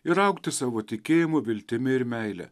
ir augti savo tikėjimu viltimi ir meile